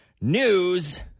news